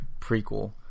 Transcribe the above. prequel